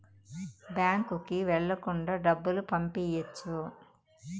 బ్యాంకుకి వెళ్ళకుండా డబ్బులు పంపియ్యొచ్చు